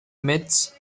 myths